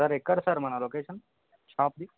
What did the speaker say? sir ఎక్కడ sir మన location షాప్ది